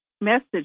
message